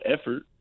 effort